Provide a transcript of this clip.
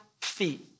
feet